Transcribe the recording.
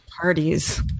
parties